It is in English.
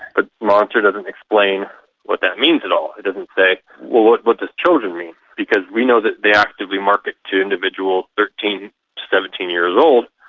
but monster doesn't explain what that means at all. it doesn't say, well, what what does children mean? because we know that they actively market to individuals thirteen to seventeen years old,